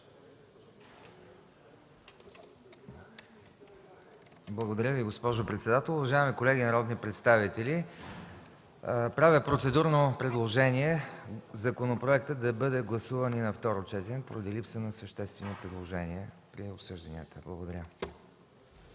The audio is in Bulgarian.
Благодаря Ви, госпожо председател. Уважаеми колеги народни представители! Правя процедурно предложение законопроектът да бъде гласуван и на второ четене, поради липса на съществени предложения при обсъждането. Благодаря.